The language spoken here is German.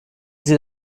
sie